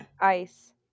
Ice